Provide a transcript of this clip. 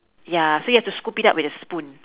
ya so you have to scoop it up with a spoon